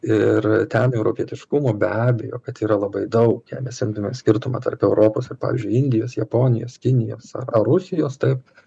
ir ten europietiškumo be abejo kad yra labai daug jei mes imtumėm skirtumą tarp europos ir pavyzdžiui indijos japonijos kinijos ar rusijos taip